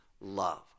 love